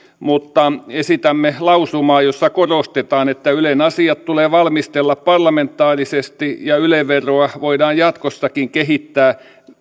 mutta esitämme lausumaa jossa korostetaan että ylen asiat tulee valmistella parlamentaarisesti ja yle veroa voidaan jatkossakin kehittää